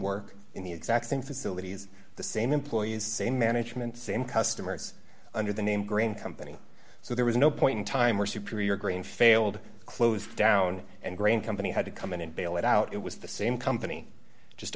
work in the exact same facilities the same employees same management same customers under the name green company so there was no point in time where superior green failed to close down and grain company had to come in and bail it out it was the same company just